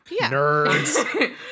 Nerds